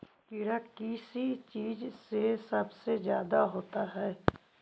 कीड़ा किस चीज से सबसे ज्यादा होता है?